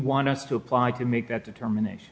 want us to apply to make that determination